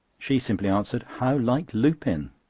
she simply answered how like lupin!